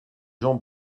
jean